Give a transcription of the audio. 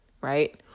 right